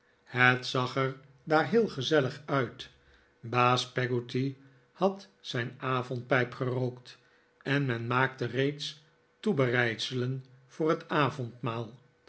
het zag er daar heel gezellig uit baas peggotty had zijn avondpijp gerookt en men maakte reeds toebereidselen voor het avondmaal